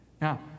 Now